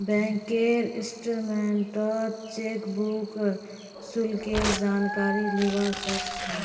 बैंकेर स्टेटमेन्टत चेकबुक शुल्केर जानकारी लीबा सक छी